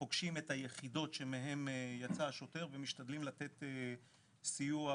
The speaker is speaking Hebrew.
פוגשים את היחידות מהן יצא השוטר ומשתדלים לתת סיוע